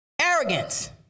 Arrogance